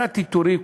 קראתי טורים,